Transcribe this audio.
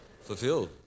Fulfilled